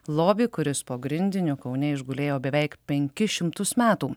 lobį kuris po grindiniu kaune išgulėjo beveik penkis šimtus metų